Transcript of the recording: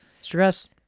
Stress